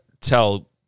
tell